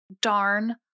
darn